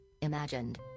imagined